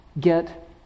get